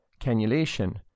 cannulation